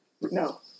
no